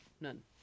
None